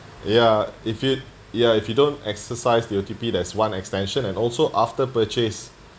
ya if you ya if you don't exercise your O_T_P there's one extension and also after purchase